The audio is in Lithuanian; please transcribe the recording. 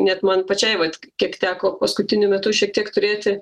net man pačiai vat kiek teko paskutiniu metu šiek tiek turėti